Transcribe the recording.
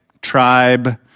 tribe